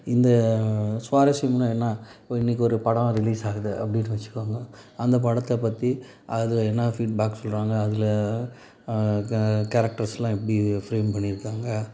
இந்த சுவாரஸ்யம்னா என்ன ஒரு இன்றைக்கு ஒரு படம் ரிலீஸ் ஆகுது அப்படினு வைச்சுக்கோங்க அந்த படத்தை பற்றி அதில் என்ன ஃபீட் பேக் சொல்கிறாங்க அதில் க கேரக்டர்ஸெலாம் எப்படி ஃப்ரேம் பண்ணியிருக்காங்க